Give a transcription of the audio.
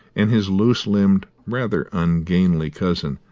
and his loose-limbed, rather ungainly cousin,